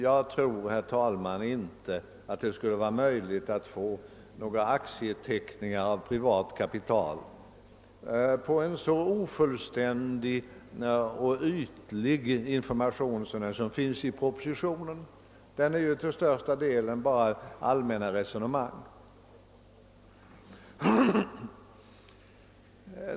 Jag tror, herr talman, att det inte skulle vara möjligt att få några aktieteckningar av privat kapital på en så ofullständig och ytlig information som den som finns i propositionen. Den består till största delen bara av allmänna talesätt.